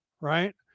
right